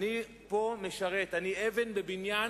אני פה משרת, אני אבן בבניין